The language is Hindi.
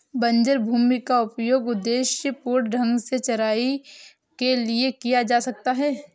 बंजर भूमि का उपयोग उद्देश्यपूर्ण ढंग से चराई के लिए किया जा सकता है